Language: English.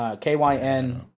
K-Y-N